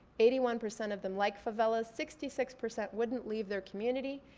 eighty one percent of them like favelas. sixty six percent wouldn't leave their community.